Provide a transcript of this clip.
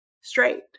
straight